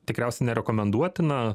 tikriausia nerekomenduotina